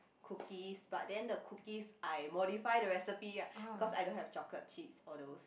cookies but then the cookies I modify the recipe because I don't have chocolate chips all those